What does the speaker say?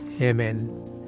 Amen